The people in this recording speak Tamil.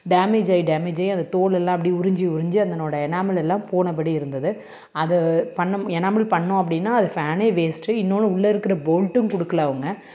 டேமேஜ் ஆயி டேமேஜ் ஆயி அந்த தோலெல்லாம் அப்படே உறிஞ்சி உறிஞ்சி அதனோட எனாமல் எல்லாம் போன படி இருந்தது அது பண் எனாமல் பண்ணோம் அப்படினா அது ஃபேனே வேஸ்ட்டு இன்னொன்று உள்ளே இருக்கிற போல்ட்டும் கொடுக்குல அவங்க